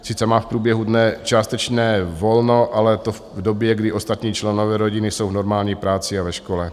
Sice má v průběhu dne částečné volno, ale to v době, kdy ostatní členové rodiny jsou v normální práci a ve škole.